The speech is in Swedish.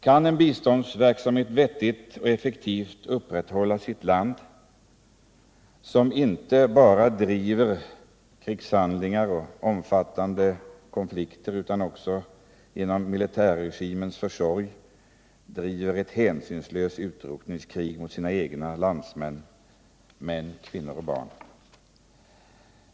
Kan en vettig och effektiv biståndsverksamhet upprätthållas i ett land som inte bara driver krigshandlingar och är invecklat i omfattande konflikter utan också genom militärregimens försorg bedriver ett hänsynslöst uttrotningskrig mot sina egna landsmän — män, kvinnor och barn?